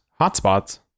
hotspots